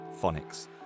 phonics